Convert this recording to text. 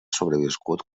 sobreviscut